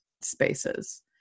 spaces